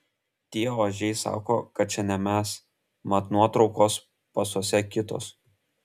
tie ožiai sako kad čia ne mes mat nuotraukos pasuose kitos